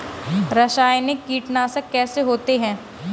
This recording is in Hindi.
रासायनिक कीटनाशक कैसे होते हैं?